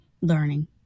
learning